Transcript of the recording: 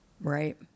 Right